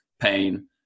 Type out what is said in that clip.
pain